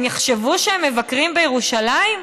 הם יחשבו שהם מבקרים בירושלים?